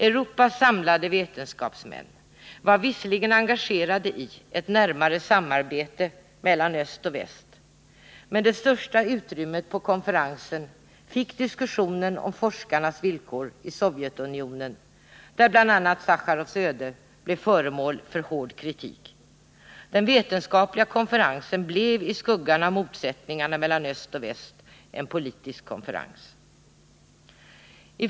Europas samlade vetenskapsmän var visserligen engagerade i ett närmare samarbete mellan öst och väst, men det största utrymmet på konferensen fick diskussionen om forskarnas villkor i Sovjetunionen, varvid bl.a. Sacharovs öde blev föremål för hård kritik. Den vetenskapliga konferensen blev i skuggan av motsättningarna mellan öst och väst en politisk konferens.